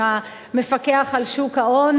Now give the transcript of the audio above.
עם המפקח על שוק ההון,